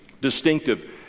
distinctive